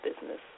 business